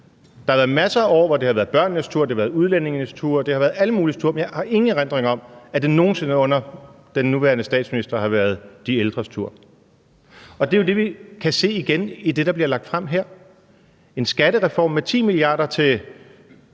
Der har været masser af år, hvor det har været børnenes tur, det har været udlændingenes tur, det har været alle muliges tur, men jeg har ingen erindring om, at det nogen sinde under den nuværende statsminister har været de ældres tur. Det er jo det, vi kan se igen i det, der bliver lagt frem her: en skattereform med 10 mia. kr. til